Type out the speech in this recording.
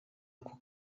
ako